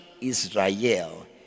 Israel